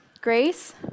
Grace